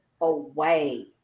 away